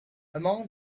among